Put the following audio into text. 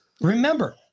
remember